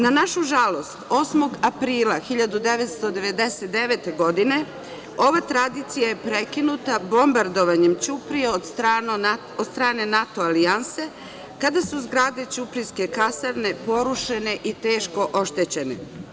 Na našu žalost 8. aprila 1999. godine ova tradicija je prekinuta bombardovanjem Ćuprije od strane NATO alijanse, kada su zgrade ćuprijske kasarne porušene i teško oštećene.